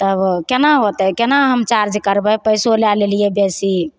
तब केना होतय केना हम चार्ज करबय पैसो लए लेलियै बेसी